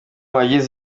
bagize